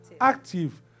active